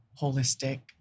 holistic